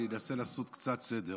אני אנסה לעשות קצת סדר